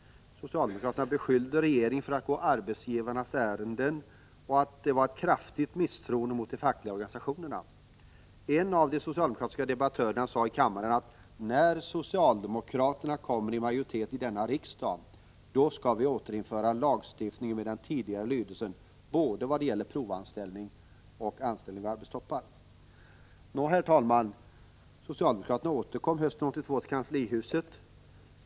Socialdemokraterna beskyllde regeringen för att gå arbetsgivarnas ärenden och menade att förslaget visade ett kraftigt misstroende mot de fackliga organisationerna. En av de socialdemokratiska debattörerna sade här i kammaren, att när socialdemokraterna kom i majoritet i denna riksdag skulle de också återinföra lagstiftningen med den tidigare lydelsen i fråga om både provanställning och anställning vid arbetstoppar. Herr talman! Socialdemokraterna återkom hösten 1982 till kanslihuset.